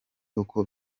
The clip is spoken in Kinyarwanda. uko